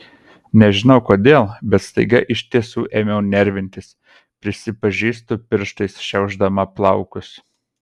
nežinau kodėl bet staiga iš tiesų ėmiau nervintis prisipažįstu pirštais šiaušdama plaukus